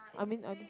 I mean I don~